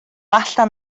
allan